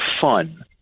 fun